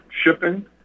shipping